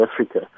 Africa